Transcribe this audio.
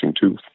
tooth